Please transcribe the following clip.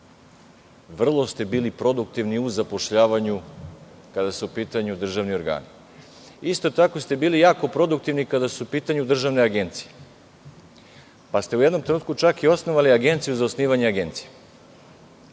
Bili ste vrlo produktivni u zapošljavanju, kada su u pitanju državni organi. Isto tako ste bili jako produktivni kada su u pitanju državne agencije. U jednom trenutku ste čak i osnovali Agenciju za osnivanje agencija.